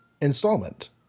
installment